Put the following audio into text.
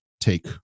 take